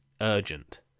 urgent